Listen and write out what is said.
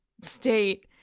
state